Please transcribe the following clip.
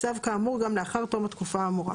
צו כאמור גם לאחר תום התקופה האמורה,